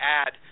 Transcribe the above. add